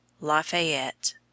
Lafayette